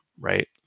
right